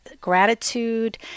gratitude